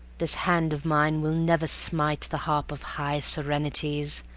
this hand of mine will never smite the harp of high serenities.